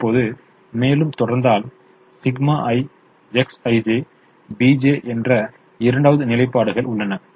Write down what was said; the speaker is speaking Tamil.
இப்போது மேலும் தொடர்ந்தால் ∑i Xij bj என்ற இரண்டாவது நிலைப்பாடுகள் உள்ளன